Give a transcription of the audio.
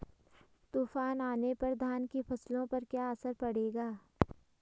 तूफान आने पर धान की फसलों पर क्या असर पड़ेगा?